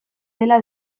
dela